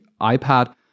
iPad